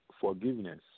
forgiveness